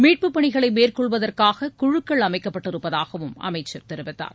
மீட்புப் பணிகளை மேற்கொள்வதற்காக குழுக்கள் அமைக்கப்பட்டிருப்பதாகவும் அமைச்சா் தெரிவித்தார்